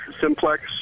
simplex